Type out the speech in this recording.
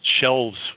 Shelves